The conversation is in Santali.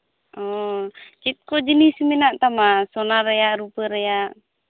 ᱚ ᱪᱮᱫ ᱠᱚ ᱡᱤᱱᱤᱥ ᱢᱮᱱᱟᱜ ᱛᱟᱢᱟ ᱥᱚᱱᱟ ᱨᱮᱭᱟᱜ ᱨᱩᱯᱟᱹ ᱨᱮᱭᱟᱜ